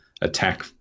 attack